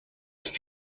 ist